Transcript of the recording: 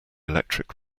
electric